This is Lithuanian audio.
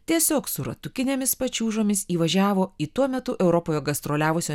tiesiog su ratukinėmis pačiūžomis įvažiavo į tuo metu europoje gastroliavusio